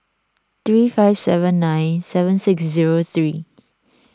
three five seven nine seven six zero three